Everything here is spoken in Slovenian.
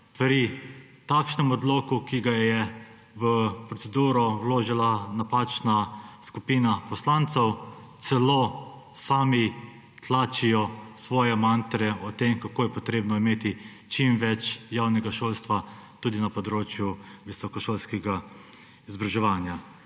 pri takšnem odloku, ki ga je v proceduro vložila napačna skupina poslancev, celo sami tlačijo svoje mantre o tem, kako je treba imeti čim več javnega šolstva tudi na področju visokošolskega izobraževanja.